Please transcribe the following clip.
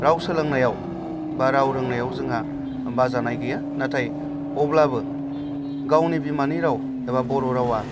राव सोलोंनायाव बा राव रोंनायाव जोंहा बाजानाय गैया नाथाय अब्लाबो गावनि बिमानि राव एबा बर' रावआ